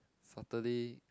Saturday